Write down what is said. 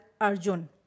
Arjun